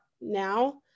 now